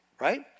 Right